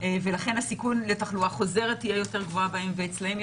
ולכן הסיכון לתחלואה חוזרת יהיה יותר גבוה בהם ואצלם.